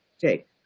Jake